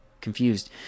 confused